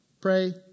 Pray